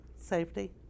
safety